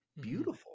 beautiful